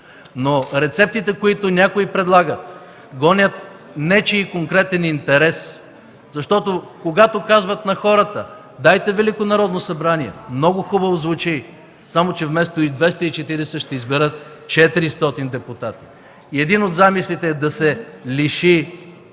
но рецептите, които някои предлагат, гонят нечий конкретен интерес. Защото, когато казват на хората: „Дайте Велико народно събрание” – много хубаво звучи, само че вместо 240, ще изберат 400 депутати и един от замислите е да се